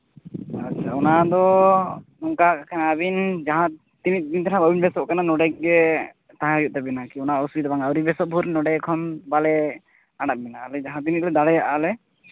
ᱚᱱᱟ ᱫᱚ ᱵᱚᱝᱠᱟᱜ ᱠᱟᱱᱟ ᱟᱹᱵᱤᱱ ᱡᱟᱦᱟᱸ ᱛᱤᱱᱟᱹᱜ ᱫᱤᱱ ᱫᱚᱦᱟᱸᱜ ᱵᱟᱹᱵᱤᱱ ᱵᱮᱥᱚᱜ ᱠᱟᱱᱟ ᱱᱚᱰᱮ ᱜᱮ ᱛᱟᱦᱮ ᱦᱩᱭᱩᱜ ᱛᱟᱵᱤᱱᱟ ᱠᱤ ᱚᱱᱟ ᱚᱥᱩᱵᱤᱫᱷᱟ ᱵᱟᱝ ᱟᱹᱣᱨᱤ ᱵᱮᱥᱚᱜ ᱵᱷᱳᱨ ᱱᱚᱰᱮ ᱠᱷᱚᱱ ᱵᱟᱞᱮ ᱟᱲᱟᱜ ᱵᱮᱱᱟ ᱟᱞᱮ ᱡᱟᱦᱟᱸ ᱛᱤᱱᱟᱹᱜ ᱜᱮᱞᱮ ᱫᱟᱲᱮᱭᱟᱜᱼᱟ ᱞᱮ